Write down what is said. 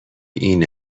این